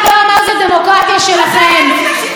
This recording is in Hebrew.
תהיי מספיק כנה ואמיתית להגיד: